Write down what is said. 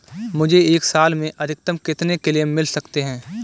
मुझे एक साल में अधिकतम कितने क्लेम मिल सकते हैं?